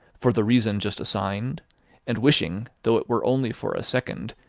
for the reason just assigned and wishing, though it were only for a second,